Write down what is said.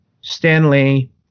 Stanley